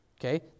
Okay